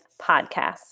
podcast